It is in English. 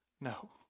No